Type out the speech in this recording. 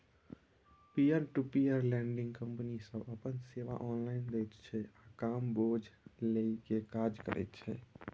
peer to peer lending company सब अपन सेवा ऑनलाइन दैत छै आ कम बोझ लेइ के काज करे करैत छै